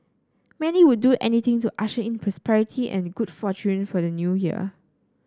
many would do anything to usher in prosperity and good fortune for the New Year